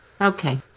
Okay